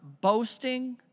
boasting